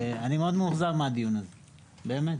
אני מאוד מאוכזב מהדיון הזה באמת,